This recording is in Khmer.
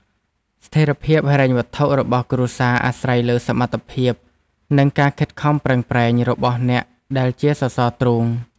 ស្ថិរភាពហិរញ្ញវត្ថុរបស់គ្រួសារអាស្រ័យលើសមត្ថភាព និងការខិតខំប្រឹងប្រែងរបស់អ្នកដែលជាសសរទ្រូង។